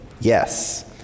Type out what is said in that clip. Yes